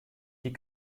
die